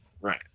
Right